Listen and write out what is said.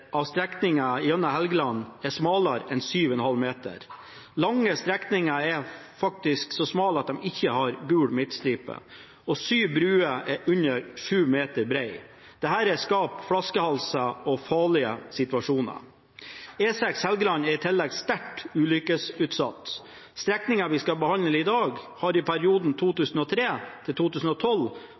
av strekningen gjennom Helgeland er smalere en 7,5 meter. Lange strekninger er faktisk så smale at de ikke har gul midtstripe, og sju bruer er under 7 meter brede. Dette skaper flaskehalser og farlige situasjoner. E6 Helgeland er i tillegg sterkt ulykkesutsatt. Strekningen vi skal behandle i dag, har i perioden